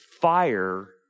fire